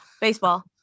Baseball